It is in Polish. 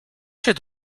się